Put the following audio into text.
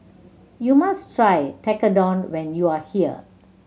you must try Tekkadon when you are here